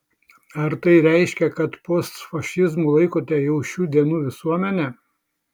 ar tai reiškia kad postfašizmu laikote jau šių dienų visuomenę